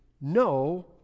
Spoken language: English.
no